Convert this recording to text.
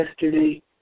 yesterday